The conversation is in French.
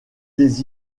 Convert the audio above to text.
des